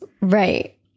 right